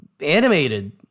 animated